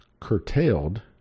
curtailed